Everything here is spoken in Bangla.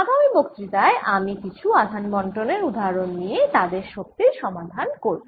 আগামি বক্তৃতায় আমরা কিছু আধান বণ্টনের উদাহরন নিয়ে তাদের শক্তির সমাধান করব